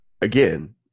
again